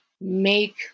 make